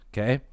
Okay